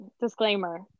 disclaimer